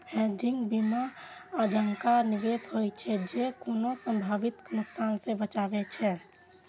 hedging बीमा जकां निवेश होइ छै, जे कोनो संभावित नुकसान सं बचाबै छै